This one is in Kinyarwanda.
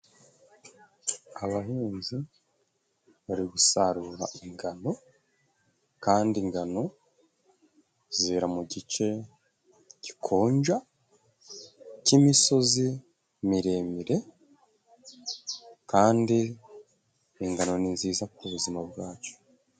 Abahinzi bari gusarura ingano kandi ingano zera mugice gikonja cy'imisozi miremire, kandi ingano ni nziza ku buzima bwacu.